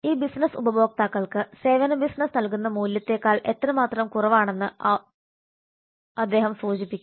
ഈ ബിസിനസ്സ് ഉപഭോക്താക്കൾക്ക് സേവന ബിസിനസ്സ് നൽകുന്ന മൂല്യത്തേക്കാൾ എത്രമാത്രം കുറവാണെന്ന് അദ്ദേഹം സൂചിപ്പിക്കണം